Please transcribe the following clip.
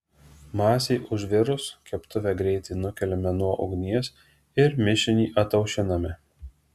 masei užvirus keptuvę greitai nukeliame nuo ugnies ir mišinį ataušiname